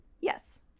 yes